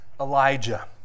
Elijah